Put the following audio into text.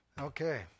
Okay